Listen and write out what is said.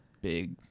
big